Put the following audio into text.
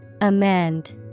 Amend